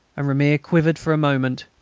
and ramier quivered for a moment.